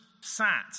sat